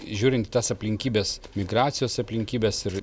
žiūrint į tas aplinkybes migracijos aplinkybes ir